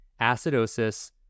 acidosis